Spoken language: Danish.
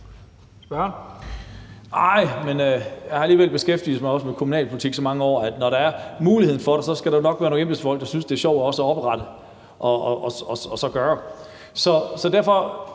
Arh, jeg har alligevel beskæftiget mig også med kommunalpolitik i så mange år, at jeg vil sige, at når der er muligheden for det, skal der nok være nogle embedsfolk, der synes, at det er sjovt også at oprette noget. Så derfor